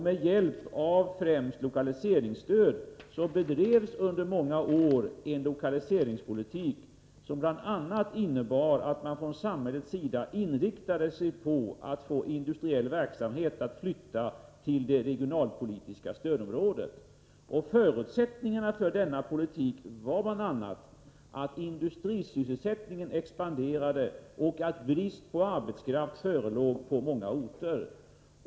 Med hjälp av främst lokaliseringsstöd bedrevs under många år en lokaliseringspolitik som bl.a. innebar att man från samhällets sida inriktade sig på att få industriell verksamhet att flytta till de regionalpolitiska stödområdena. Förutsättningarna för denna politik var bl.a. att industrisysselsättningen expanderade och att brist på arbetskraft förelåg på många orter.